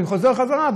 אני חוזר חזרה.